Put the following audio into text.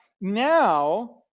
now